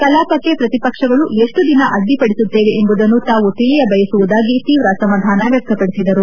ಕಲಾಪಕ್ಕೆ ಪ್ರತಿಪಕ್ಷಗಳು ಎಷ್ಟು ದಿನ ಅಡ್ಡಿಪಡಿಸುತ್ತವೆ ಎಂಬುದನ್ನು ತಾವು ತಿಳಿಯಬಯಸುವುದಾಗಿ ತೀವ್ರ ಅಸಮಧಾನ ವ್ಯಕ್ತಪಡಿಸಿದರು